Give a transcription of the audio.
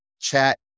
chat